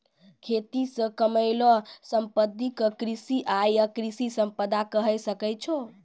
खेती से कमैलो संपत्ति क कृषि आय या कृषि संपदा कहे सकै छो